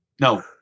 no